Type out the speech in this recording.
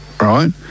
right